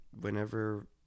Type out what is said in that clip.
whenever